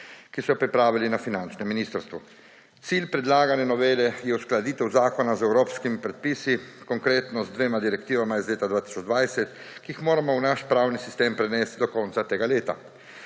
ki so jo pripravili na finančnem ministrstvu. Cilj predlagane novele je uskladitev zakona z evropskimi predpisi, konkretno z dvema direktivama iz leta 2020, ki jih moramo v naš pravni sistem prenesti do konca tega leta.